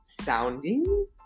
sounding